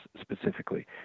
specifically